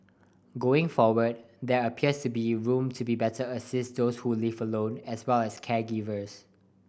going forward there appears to be room to better assist those who live alone as well as caregivers